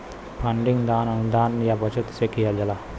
funding दान, अनुदान या बचत से किहल जाला